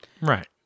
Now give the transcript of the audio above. Right